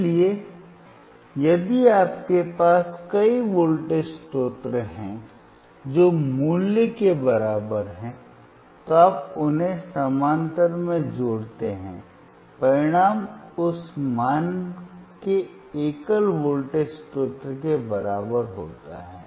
इसलिए यदि आपके पास कई वोल्टेज स्रोत हैं जो मूल्य के बराबर हैं तो आप उन्हें समानांतर में जोड़ते हैं परिणाम उस मान के एकल वोल्टेज स्रोत के बराबर होता है